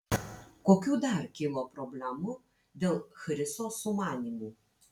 kokių dar kilo problemų dėl chriso sumanymų